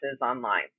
online